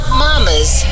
mama's